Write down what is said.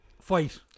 Fight